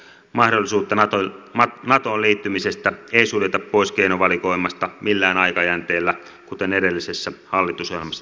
mahdollisuutta natoon liittymisestä ei suljeta pois keinovalikoimasta millään aikajänteellä kuten edellisessä hallitusohjelmassa tehtiin